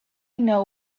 know